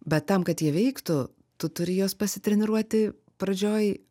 bet tam kad jie veiktų tu turi juos pasitreniruoti pradžioj